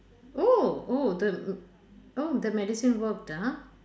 oh oh the m~ oh the medicine worked ah